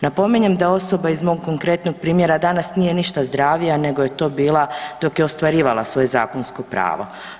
Napominjem da osoba iz mog konkretnog primjera danas nije ništa zdravija nego je to bila dok je ostvarivala svoje zakonsko pravo.